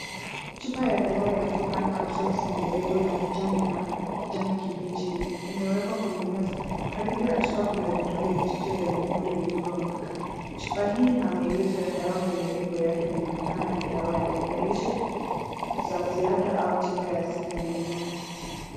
Chupa ya dawa ya Frucan capsule yenye lebo ya kijani na kijani kibichi, limewekwa kwenye meza. Karibu na chupa kuna vidonge vichache vya nyekundu vilivyomwagika. Chupa hii ina maelezo ya dawa kwenye lebo yake na inaonekana ni dawa ya lishe za ziada au tiba ya asili ya mimea.